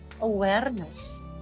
awareness